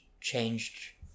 changed